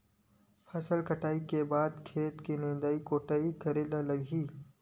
फसल कटाई के बाद खेत ल निंदाई कोडाई करेला लगही?